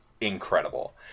incredible